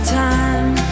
time